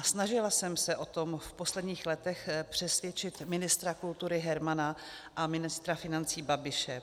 Snažila jsem se o tom v posledních letech přesvědčit ministra kultury Hermana a ministra financí Babiše.